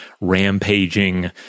rampaging